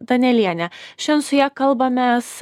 danielienė šian su ja kalbamės